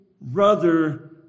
brother